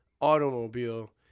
automobile